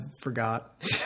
forgot